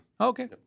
Okay